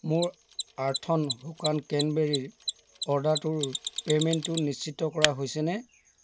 মোৰ আৰ্থন শুকান ক্ৰেনবেৰীৰ অৰ্ডাৰটোৰ পে'মেণ্টটো নিশ্চিত কৰা হৈছেনে